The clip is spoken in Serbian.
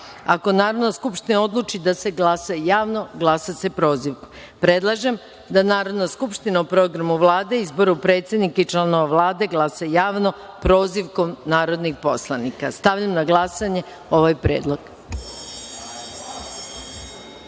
Ako Narodna skupština odluči da se glasa javno, glasa se prozivkom. Predlažem da Narodna skupština o Programu Vlade, izboru predsednika i članova Vlade glasa javno - prozivkom narodnih poslanika. Stavljam na glasanje ovaj predlog. Molim